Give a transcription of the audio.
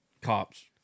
cops